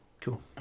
Cool